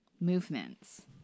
movements